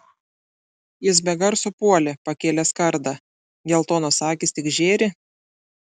jis be garso puolė pakėlęs kardą geltonos akys tik žėri